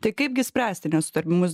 tai kaipgi spręsti nesutarimus